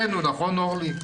מסכם.